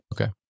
Okay